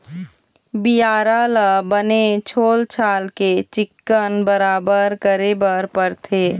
बियारा ल बने छोल छाल के चिक्कन बराबर करे बर परथे